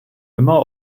immer